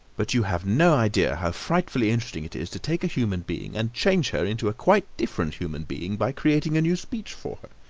but you have no idea how frightfully interesting it is to take a human being and change her into a quite different human being by creating a new speech for her.